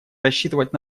рассчитывать